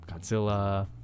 godzilla